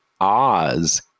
Oz